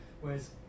Whereas